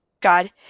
God